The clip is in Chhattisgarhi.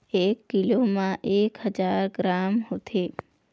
एक कीलो म एक हजार ग्राम होथे